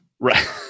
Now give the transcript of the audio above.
Right